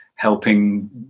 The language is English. helping